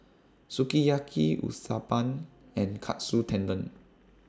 Sukiyaki Uthapam and Katsu Tendon